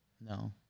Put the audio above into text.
no